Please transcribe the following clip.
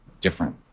different